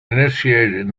initiated